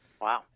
Wow